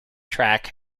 track